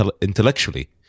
intellectually